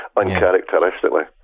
uncharacteristically